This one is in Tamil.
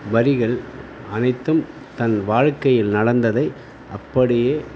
வரிகள் அனைத்தும் தன் வாழ்கையில் நடந்ததை அப்படியே